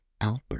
Albert